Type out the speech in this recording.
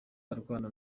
arwana